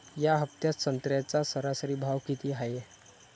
या हफ्त्यात संत्र्याचा सरासरी भाव किती हाये?